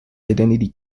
identity